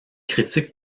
critiques